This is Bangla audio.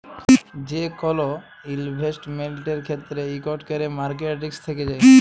যে কল ইলভেসেটমেল্টের ক্ষেত্রে ইকট ক্যরে মার্কেট রিস্ক থ্যাকে যায়